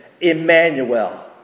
Emmanuel